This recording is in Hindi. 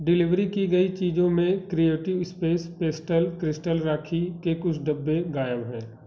डिलीवरी कि गयी चीज़ों में creative space pastel crystal rakhi के कुछ डब्बे गायब हैं